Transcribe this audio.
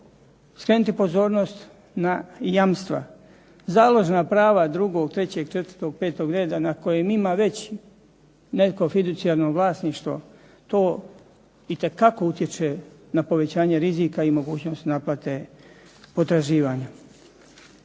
skrenuti pozornost na jamstva. Založena prava drugog, trećeg, četvrtog, petog reda na kojem ima već neko …/Ne razumije se./… vlasništvo, to itekako utječe na povećanje rizika i mogućnost naplate potraživanja.